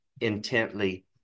intently